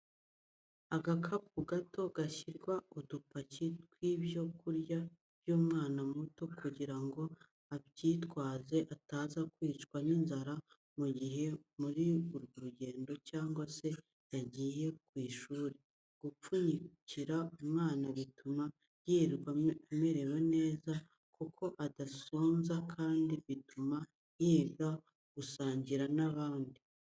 Agakapu gato gashyirwa udupaki tw'ibyo kurya by'umwana muto kugira ngo abyitwaze ataza kwicwa n'inzara mu gihe muri ku rugendo cyangwa se yagiye ku ishuri, gupfunyikira umwana bituma yirirwa amerewe neza kuko adasonza kandi bituma yiga gusangira n'abandi.